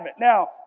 Now